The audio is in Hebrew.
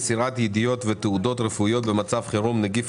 (מינויים) (מסירת ידיעות ותעודות רפואיות במצב חירום נגיף